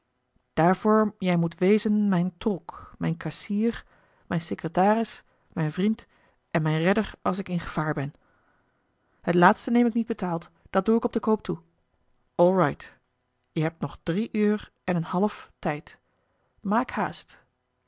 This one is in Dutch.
daarvoor jij moet wezen mijn tolk mijn kassier mijn secretaris mijn vriend en mijn redder als ik in gevaar ben het laatste neem ik niet betaald dat doe ik op den koop toe all right jij heb nog drie uur en een half tijd maak haast